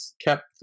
kept